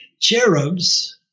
cherubs